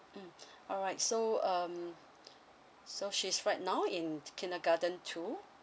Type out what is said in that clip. mmhmm alright so um so she's right now in kindergarten too